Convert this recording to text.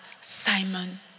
Simon